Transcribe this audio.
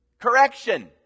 correction